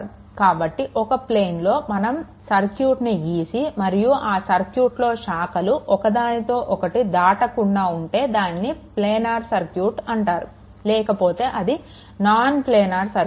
కాబట్టి ఒక ప్లేన్లో మనం సర్క్యూట్ని గీసి మరియు ఆ సర్క్యూట్లో శాఖలు ఒకదానికొకటి దాటకుండా ఉంటే దానిని ప్లానర్ సర్క్యూట్ అంటారు లేకపోతే అది నాన్ ప్లానర్ సర్క్యూట్